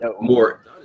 more